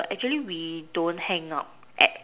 actually we don't hang out at